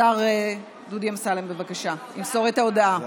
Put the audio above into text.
השר דודי אמסלם ימסור את ההודעה, בבקשה.